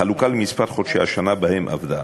בחלוקה למספר חודשי השנה שבהם עבדה.